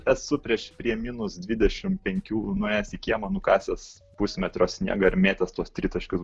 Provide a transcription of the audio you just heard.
esu prieš prie minus dvidešimt penkių nuėjęs į kiemą nukasęs pusmetrio sniegą ir mėtęs tuos tritaškius